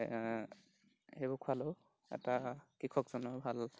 সেইবোৰ খোৱালেও এটা কৃষকজনৰ ভাল